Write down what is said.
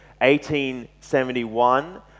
1871